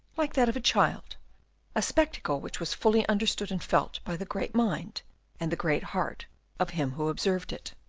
like that of a child a spectacle which was fully understood and felt by the great mind and the great heart of him who observed it.